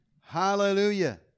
Hallelujah